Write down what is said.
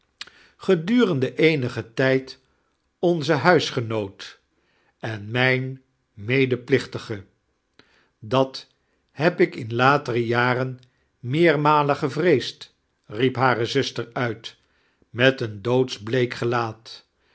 rende eenrigen tijd onee buisgenoot en mijn medeplichtige dat heb ik in latere jaren meermalen gevreesd riep hare zusteir uit met een dbodsiblteek gelaatv